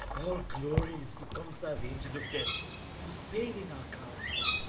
all glories to kamsa's angel of death for saving our cows.